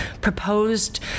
proposed